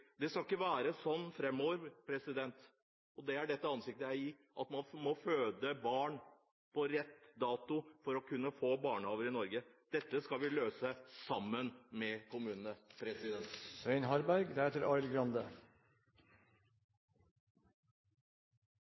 Det skal ikke være sånn framover – og det er det jeg vil gi ansikt til – at man må føde barn på rett dato for å kunne få barnehageplass i Norge. Dette skal vi løse sammen med kommunene.